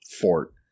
fort